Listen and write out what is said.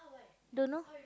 don't know